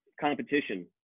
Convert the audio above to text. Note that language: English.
competition